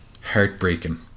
Heartbreaking